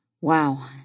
Wow